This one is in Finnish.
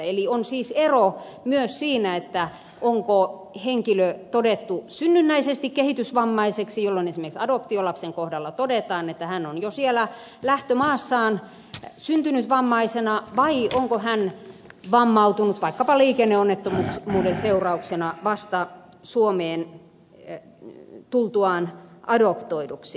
eli on siis ero myös siinä onko henkilö todettu synnynnäisesti kehitysvammaiseksi jolloin esimerkiksi adoptiolapsen kohdalla todetaan että hän on jo siellä lähtömaassaan syntynyt vammaisena vai onko hän vammautunut vaikkapa liikenneonnettomuuden seurauksena vasta tultuaan suomeen adoptoiduksi